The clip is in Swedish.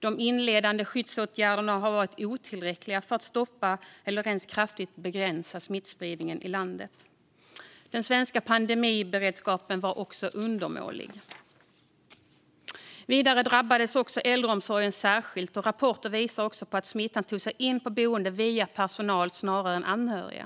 De inledande skyddsåtgärderna var otillräckliga för att stoppa eller ens kraftigt begränsa smittspridningen i landet. Den svenska pandemiberedskapen var också undermålig. Vidare drabbades äldreomsorgen särskilt, och rapporter visar att smittan tog sig in på boenden via personal snarare än via anhöriga.